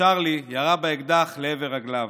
וצ'רלי ירה באקדח לעבר רגליו.